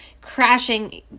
crashing